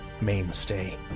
mainstay